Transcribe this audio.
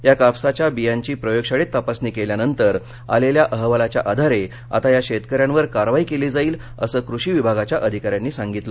या कापसाच्या बियांची प्रयोगशाळेत तपासणी केल्यानंतर आलेल्या अहवालाच्या आधारे आता या शेतकऱ्यांवर कारवाई केली जाईलअसं कृषी विभागाच्या अधिकाऱ्यांनी सांगितलं